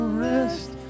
rest